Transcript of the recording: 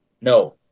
No